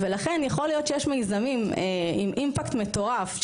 ולכן יכול להיות שיש מיזמים עם אימפקט מטורף,